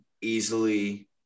easily